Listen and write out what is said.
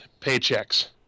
paychecks